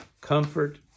comfort